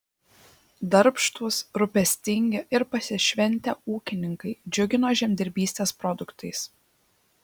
darbštūs rūpestingi ir pasišventę ūkininkai džiugino žemdirbystės produktais